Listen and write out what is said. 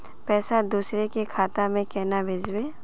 पैसा दूसरे के खाता में केना भेजबे?